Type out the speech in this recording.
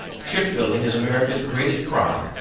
ship-building is america's greatest pride,